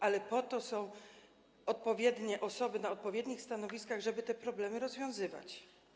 Ale po to są odpowiednie osoby na odpowiednich stanowiskach, żeby te problemy rozwiązywać.